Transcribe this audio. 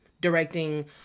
directing